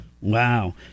Wow